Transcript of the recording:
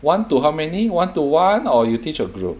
one to how many one to one or you teach a group